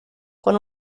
con